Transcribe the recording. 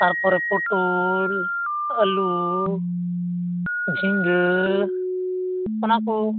ᱛᱟᱯᱚᱨᱮ ᱯᱚᱴᱚᱞ ᱟᱹᱞᱩ ᱡᱷᱤᱸᱜᱟᱹ ᱚᱱᱟᱠᱚ